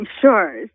Sure